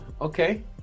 okay